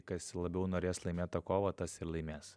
kas labiau norės laimėt tą kovą tas ir laimės